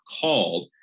called